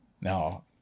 Now